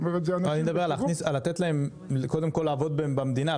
אני מדבר על לתת להם קודם כל לעבוד במדינה,